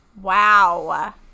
Wow